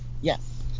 Yes